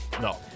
No